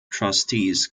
trustees